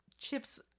chips